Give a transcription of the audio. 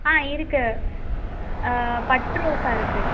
ஆ இருக்குது பட் ரோஸாக இருக்குது